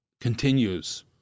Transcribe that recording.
continues